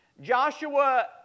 Joshua